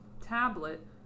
tablet